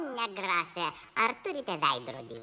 ne grafe ar turite veidrodį